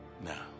Now